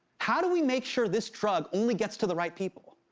how do we make sure this drug only gets to the right people?